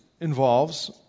involves